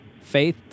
Faith